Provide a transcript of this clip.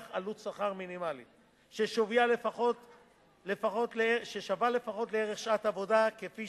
עלות שכר מינימלית שווה לפחות לערך שעת עבודה כפי